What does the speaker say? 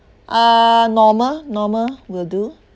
uh normal normal will do